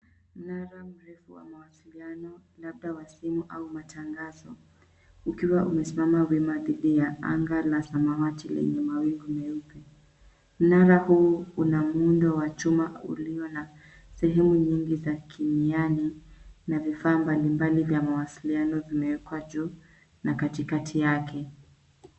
Mnara mrefu wa mawasiliano labda wa simu au matangazo ukiwa umesimama wima dhidi ya anga la samawati lenye mawingu meupe. Mnara huu una muundo wa chuma ulio na sehemu nyingi za kimiani na vifaa mbali mbali vya mawasiliano vimewekwa juu na katikati yake.